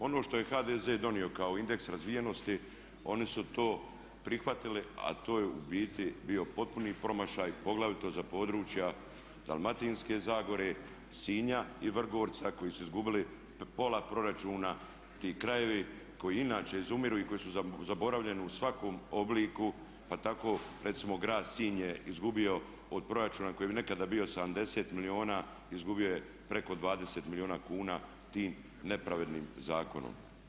Ono što je HDZ donio kao indeks razvijenosti oni su to prihvatili a to je u biti bio potpuni promašaj poglavito za područja Dalmatinske zagore, Sinja i Vrgorca koji su izgubili pola proračuna ti krajevi koji inače izumiru i koji su zaboravljeni u svakom obliku, pa tako recimo grad Sinj je izgubio od proračuna koji je nekada bio 70 milijuna izgubio je preko 20 milijuna kuna tim nepravednim zakonom.